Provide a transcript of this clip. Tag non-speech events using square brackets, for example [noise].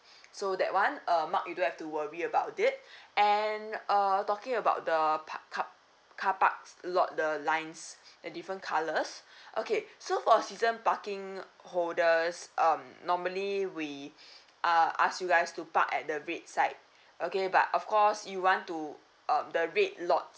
[breath] so that [one] uh mark you don't have to worry about it and uh talking about the park car car parks lot the lines the different colours okay so for season parking holders um normally we [breath] uh ask you guys to park at the red side okay but of course you want to um the red lots